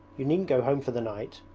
you needn't go home for the night,